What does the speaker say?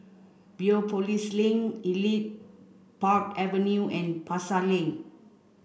Biopolis Link Elite Park Avenue and Pasar Lane